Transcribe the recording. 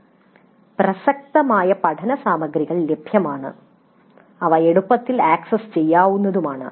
"പ്രസക്തമായ പഠന സാമഗ്രികൾ ലഭ്യമാണ് അവ എളുപ്പത്തിൽ ആക്സസ് ചെയ്യാവുന്നതുമാണ്